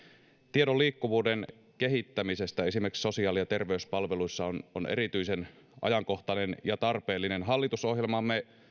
tiedon liikkuvuuden kehittämisestä esimerkiksi sosiaali ja terveyspalveluissa on on erityisen ajankohtainen ja tarpeellinen hallitusohjelmaan me